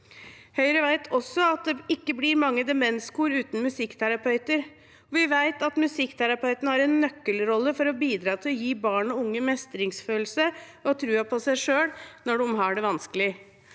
Høyre vet også at det ikke blir mange demenskor uten musikkterapeuter, og vi vet at musikkterapeutene har en nøkkelrolle for å bidra til å gi barn og unge mestringsfølelse og troen på seg selv når de har det vanskelig.